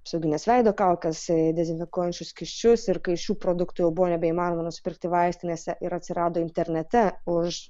apsaugines veido kaukes dezinfekuojančius skysčius ir kai šių produktų jau buvo nebeįmanoma nusipirkti vaistinėse ir atsirado internete už